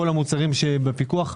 כל המוצרים שבפיקוח,